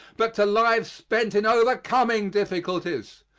but to lives spent in overcoming difficulties.